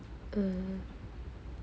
oh